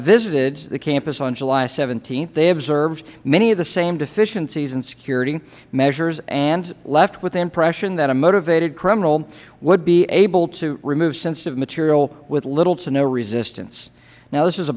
visited the campus on july th they observed many of the same deficiencies in security measures and left with the impression that a motivated criminal would be able to remove sensitive material with little to no resistance now this is a